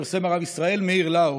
פרסם הרב ישראל מאיר לאו